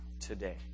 today